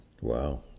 Wow